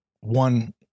one